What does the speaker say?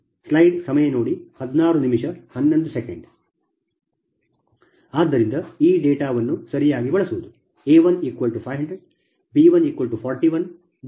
ಆದ್ದರಿಂದ ಈ ಡೇಟಾವನ್ನು ಸರಿಯಾಗಿ ಬಳಸುವುದು a1500 b141 d10